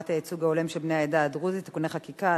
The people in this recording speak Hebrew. הייצוג ההולם של בני העדה הדרוזית (תיקוני חקיקה),